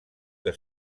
que